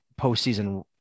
postseason